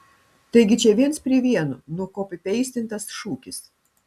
taigi čia viens prie vieno nukopipeistintas šūkis